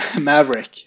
Maverick